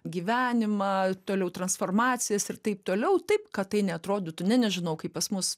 gyvenimą toliau transformacijas ir taip toliau taip kad tai neatrodytų na nežinau kaip pas mus